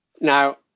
Now